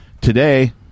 Today